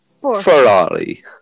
Ferrari